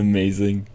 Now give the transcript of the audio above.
Amazing